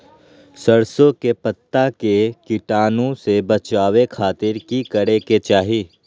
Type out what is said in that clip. सरसों के पत्ता के कीटाणु से बचावे खातिर की करे के चाही?